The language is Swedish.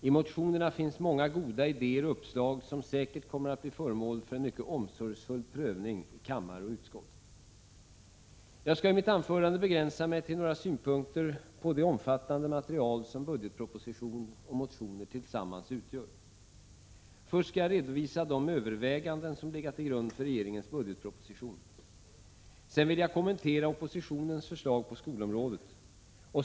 I motionerna finns många goda idéer och uppslag som säkert kommer att bli föremål för omsorgsfull prövning i kammare och utskott. Jag skall i mitt anförande begränsa mig till ett antal synpunkter på det omfattande material som budgetproposition och motionerna tillsammans utgör. Först vill jag redovisa de överväganden som legat till grund för regeringens budgetproposition. Därefter vill jag kommentera oppositionens förslag på skolområdet.